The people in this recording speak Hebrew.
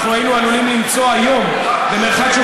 אנחנו היינו עלולים למצוא היום במרחק של